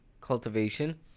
cultivation